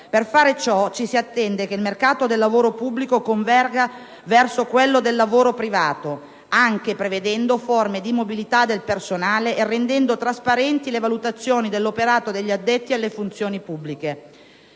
Per fare ciò, ci si attende che il mercato del lavoro pubblico converga verso quello del lavoro privato, anche prevedendo forme di mobilità del personale e rendendo trasparenti le valutazioni dell'operato degli addetti alle funzioni pubbliche.